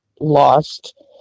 lost